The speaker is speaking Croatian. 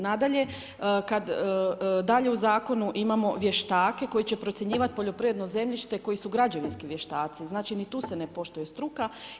Nadalje, dalje u zakonu imamo vještake koji će procjenjivati poljoprivredno zemljište koji su građevinski vještaci, znači ni tu se ne poštuje struka.